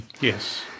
Yes